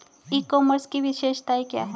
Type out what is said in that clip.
ई commerce की विशेषताएं क्या हैं?